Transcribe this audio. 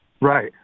right